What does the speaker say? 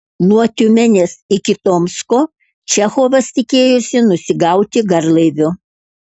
nuo tiumenės iki tomsko čechovas tikėjosi nusigauti garlaiviu